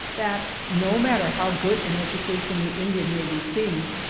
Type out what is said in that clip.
that no matter how good an education the indian may receive,